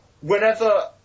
whenever